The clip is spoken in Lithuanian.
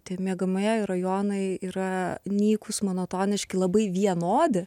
tie miegamieji rajonai yra nykūs monotoniški labai vienodi